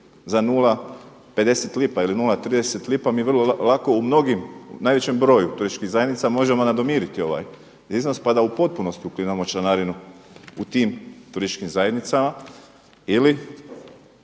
za 0,50 lipa ili 0,30 lipa mi vrlo lako u mnogim, najvećem broju turističkih zajednica možemo nadomiriti ovaj iznos pa da u potpunosti ukidamo članarinu u tim turističkim zajednicama ili